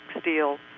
steel